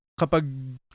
kapag